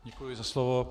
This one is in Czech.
Děkuji, za slovo.